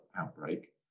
outbreak